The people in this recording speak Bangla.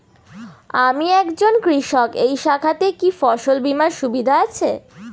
আমি একজন কৃষক এই শাখাতে কি ফসল বীমার সুবিধা আছে?